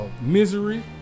misery